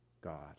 god